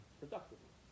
productively